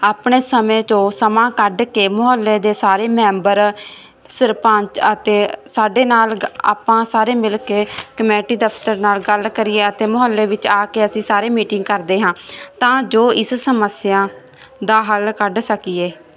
ਆਪਣੇ ਸਮੇਂ ਚੋਂ ਸਮਾਂ ਕੱਢ ਕੇ ਮੁਹੱਲੇ ਦੇ ਸਾਰੇ ਮੈਂਬਰ ਸਰਪੰਚ ਅਤੇ ਸਾਡੇ ਨਾਲ ਆਪਾਂ ਸਾਰੇ ਮਿਲ ਕੇ ਕਮੇਟੀ ਦਫ਼ਤਰ ਨਾਲ ਗੱਲ ਕਰੀਏ ਅਤੇ ਮੁਹੱਲੇ ਵਿੱਚ ਆ ਕੇ ਅਸੀਂ ਸਾਰੇ ਮੀਟਿੰਗ ਕਰਦੇ ਹਾਂ ਤਾਂ ਜੋ ਇਸ ਸਮੱਸਿਆ ਦਾ ਹੱਲ ਕੱਢ ਸਕੀਏ